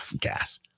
gas